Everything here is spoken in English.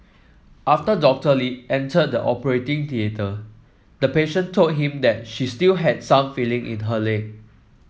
after Doctor Lee entered the operating theatre the patient told him that she still had some feeling in her leg